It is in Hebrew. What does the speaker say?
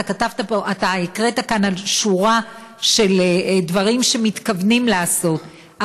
אתה הקראת כאן שורה של דברים שמתכוונים לעשות,